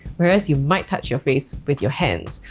whereas you might touch your face with your hands,